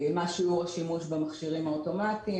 מה שיעור השימוש במכשירים האוטומטיים.